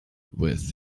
with